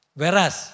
Whereas